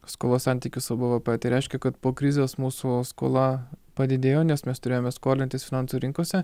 skolos santykį su bvp tai reiškia kad po krizės mūsų skola padidėjo nes mes turėjome skolintis finansų rinkose